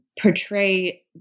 portray